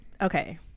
okay